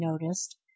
noticed